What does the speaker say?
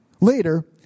Later